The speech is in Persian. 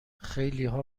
خیلیها